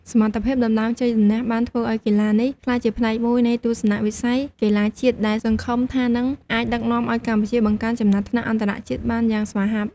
សមត្ថភាពដណ្តើមជ័យជម្នះបានធ្វើឲ្យកីឡានេះក្លាយជាផ្នែកមួយនៃទស្សនវិស័យកីឡាជាតិដែលសង្ឃឹមថានឹងអាចដឹកនាំឲ្យកម្ពុជាបង្កើនចំណាត់ថ្នាក់អន្តរជាតិបានយ៉ាងស្វាហាប់។